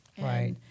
Right